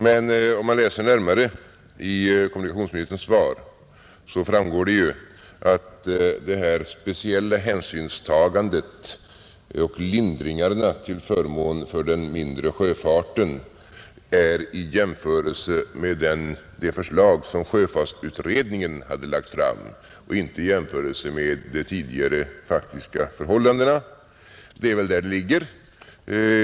Men läser man närmare i kommunikationsministerns svar framgår att det här speciella hänsynstagandet och lindringarna till förmån för den mindre sjöfarten gäller i jämförelse med det förslag som sjöfartsutredningen hade lagt fram och inte jämfört med de tidigare faktiska förhållandena. Det är väl där förklaringen ligger.